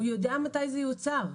הוא יודע מתי זה יוצר.